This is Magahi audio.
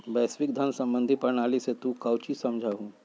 वैश्विक धन सम्बंधी प्रणाली से तू काउची समझा हुँ?